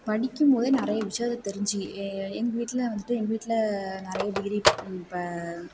படிக்கும் போதே நிறைய விஷயத்த தெரிஞ்சு எங்கள் வீட்டில் வந்துட்டு எங்கள் வீட்டில் நிறைய டிகிரி இப்போ